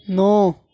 نو